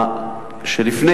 בבקשה, שאלה